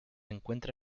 encuentra